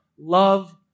Love